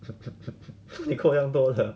为什么扣这样多的